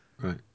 Right